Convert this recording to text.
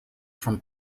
from